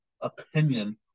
opinion